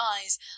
eyes